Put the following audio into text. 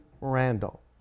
Randall